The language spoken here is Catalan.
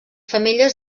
femelles